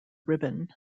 ribbon